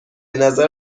نظر